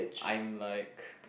I'm like